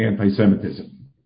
anti-Semitism